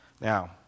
Now